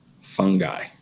fungi